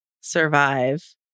survive